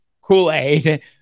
Kool-Aid